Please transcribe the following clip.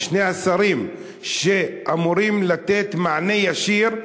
שני השרים שאמורים לתת מענה ישיר,